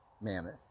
mammoth